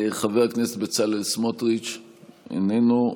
חבר הכנסת בצלאל סמוטריץ' איננו.